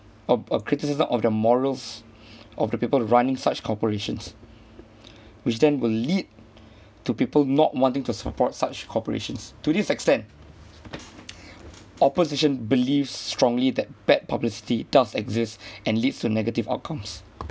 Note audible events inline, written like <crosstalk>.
of a criticism of the morals <breath> of the people running such corporations which then will lead to people not wanting to support such corporations to this extent <noise> opposition believes strongly that bad publicity does exist and leads to negative outcomes